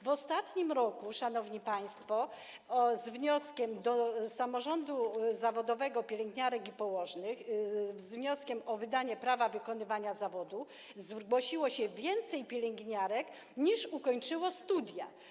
W ostatnim roku, szanowni państwo, do samorządu zawodowego pielęgniarek i położnych z wnioskiem o stwierdzenie prawa wykonywania zawodu zgłosiło się więcej pielęgniarek, niż ukończyło studia.